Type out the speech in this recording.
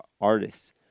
artists